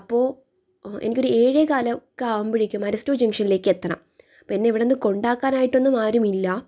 അപ്പോൾ എനിക്കൊരു ഏഴേകാല് ഒക്കെ ആകുമ്പോഴേക്കും അരിസ്റ്റോ ജംഗ്ഷനിലേക്ക് എത്തണം അപ്പം എന്നെ ഇവിടെ നിന്ന് കൊണ്ടാക്കാനായിട്ടൊന്നും ആരുമില്ല